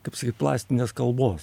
kaip sakyt plastinės kalbos